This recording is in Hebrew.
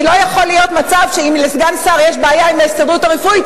כי לא יכול להיות מצב שאם לסגן שר יש בעיה עם ההסתדרות הרפואית,